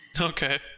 okay